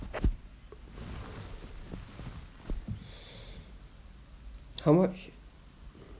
how much